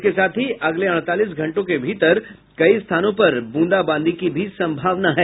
इसके साथ ही अगले अड़तालीस घंटों के भीतर कई स्थानों पर बूंदाबादी की भी संभावना है